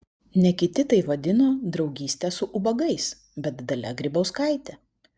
ne kiti tai vadino draugyste su ubagais bet dalia grybauskaitė